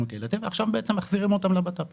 חברתי ועכשיו בעצם מחזירים אותם למשרד לביטחון פנים.